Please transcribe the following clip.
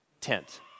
tent